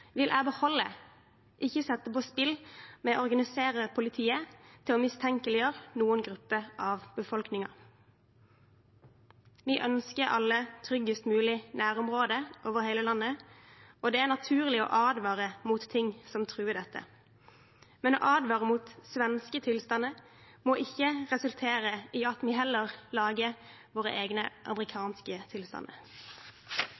vil jeg beholde, ikke sette på spill med å organisere politiet til å mistenkeliggjøre noen grupper av befolkningen. Vi ønsker alle tryggest mulig nærområder over hele landet, og det er naturlig å advare mot ting som truer dette. Men å advare mot «svenske tilstander» må ikke resultere i at vi heller lager våre egne